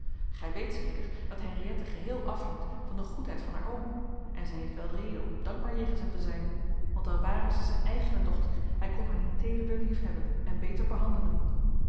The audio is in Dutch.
gij weet zeker dat henriëtte geheel afhangt van de goedheid van haar oom en zij heeft wel reden om dankbaar jegens hem te zijn want al ware zij zijn eigene dochter hij kon haar niet teederder liefhebben en beter behandelen